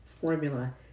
formula